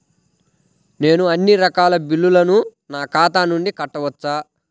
నేను అన్నీ రకాల బిల్లులను నా ఖాతా నుండి కట్టవచ్చా?